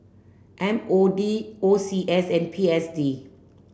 M O D O C S and P S D